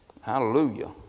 Hallelujah